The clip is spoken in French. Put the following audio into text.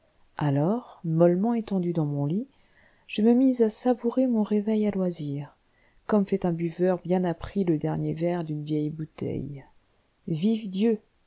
alors mollement étendu dans mon lit je me mis à savourer mon réveil à loisir comme fait un buveur bien appris le dernier verre d'une vieille bouteille vive dieu